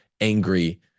angry